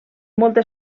molta